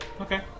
Okay